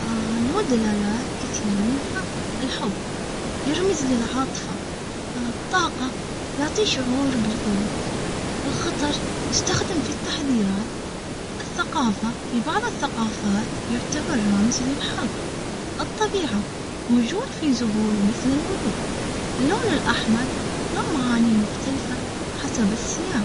له دلالات كثيرة، منها الحب يرمز للعاطفة، الطاقة يعطيه شعور بالقوة الخطر يستخدم في التحذيرات الثقافة في بعض الثقافات يعتبر رمز للحظ، الطبيعة موجود في زهور مثل الورود.